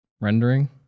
rendering